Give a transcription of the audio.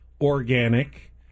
organic